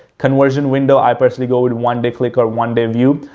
conversion window, i personally go with one day click or one day view.